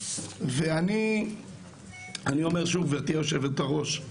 ואני אומר שוב גבירתי יושבת הראש,